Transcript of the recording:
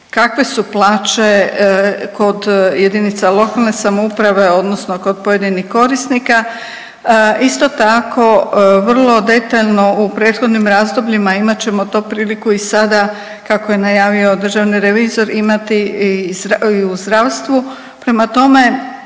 kakve su plaće kod jedinica lokalne samouprave odnosno kod pojedinih korisnika. Isto tako vrlo detaljno u prethodnim razdobljima imat ćemo to priliku i sada kako je najavio državni revizor imati i u zdravstvu, prema tome,